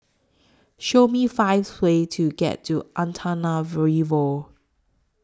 Show Me five ways to get to Antananarivo